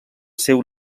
seu